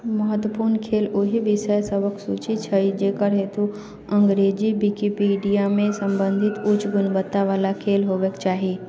महत्वपूर्ण लेख ओहि विषय सभके सूची अछि जेकरा हेतु अङ्गरेजी विकिपीडियामे सम्बन्धित उच्च गुणवत्ताबला लेख होयबाक चाही